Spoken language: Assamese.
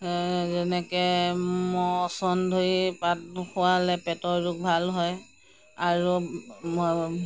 যেনেকে মচন্দৰি পাতটো খুৱালে পেটৰ ৰোগ ভাল হয় আৰু